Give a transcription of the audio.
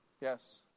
yes